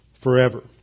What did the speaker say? forever